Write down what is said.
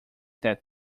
that